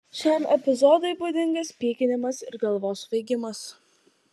šiam epizodui būdingas pykinimas ir galvos svaigimas